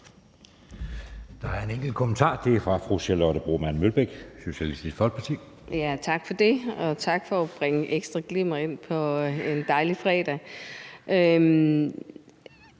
Der er en enkelt kommentar, og det er fra fru Charlotte Broman Mølbæk, Socialistisk Folkeparti. Kl. 12:08 Charlotte Broman Mølbæk (SF): Tak for det. Og tak for at bringe ekstra glimmer ind på en dejlig fredag.